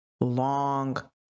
long